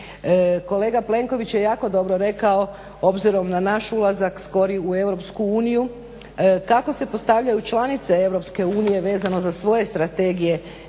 Kolega Plenković je jako dobro rekao obzirom na naš ulazak skori u EU kako se postavljaju članice EU vezane za svoje strategije